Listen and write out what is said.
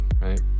right